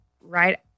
right